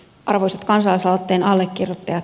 arvoisat kansalaisaloitteen allekirjoittajat